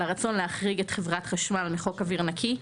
הרצון להחריג את חברת החשמל מחוק אוויר נקי,